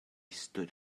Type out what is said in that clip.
stood